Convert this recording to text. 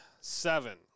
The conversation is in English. seven